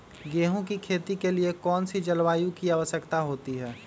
गेंहू की खेती के लिए कौन सी जलवायु की आवश्यकता होती है?